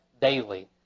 daily